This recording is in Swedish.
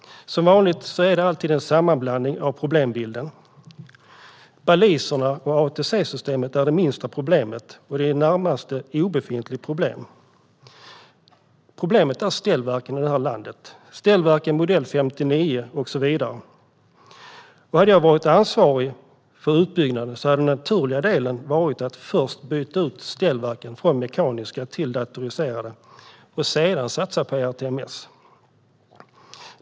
Som vanligt är det alltid en sammanblandning i problembilden. Baliserna och ATC-systemet är det minsta problemet - det ett närmast obefintligt problem. Det stora problemet är ställverken i landet, ställverken av modell 59 och så vidare. Hade jag varit ansvarig för utbyggnaden hade det naturliga varit att först byta ut ställverken från mekaniska till datoriserade och att sedan satsa på ERTMS.